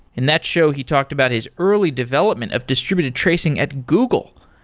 in that show, he talked about his early development of distributed tracing at google.